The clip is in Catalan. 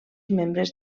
membres